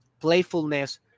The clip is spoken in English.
playfulness